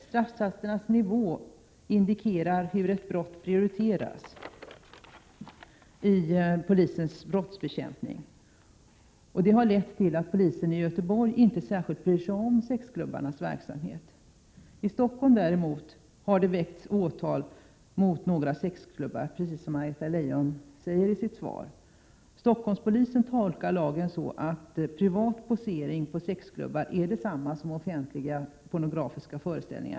Straffsatsernas nivå indikerar hur ett brott prioriteras i polisens brottsbekämpning. Det har lett till att polisen i Göteborg inte särskilt bryr sig om sexklubbarnas verksamhet. I Stockholm däremot har det, som Anna-Greta Leijon säger i sitt svar, väckts åtal mot några sexklubbar. Stockholmspolisen tolkar lagen så, att privat posering på sexklubb är detsamma som offentlig pornografisk föreställning.